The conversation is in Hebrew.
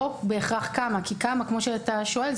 לא בהכרח על כמה, כי כמה זה יותר קשה.